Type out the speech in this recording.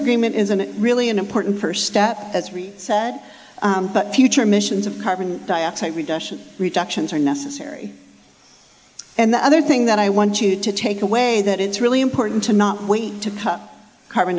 agreement is a really an important first step as we said future missions of carbon dioxide reduction reductions are necessary and the other thing that i want you to take away that it's really important to not to cut carbon